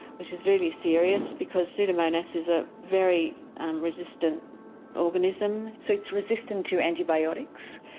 which is really serious because pseudomonas is a very resistant organism. so it's resistant to antibiotics?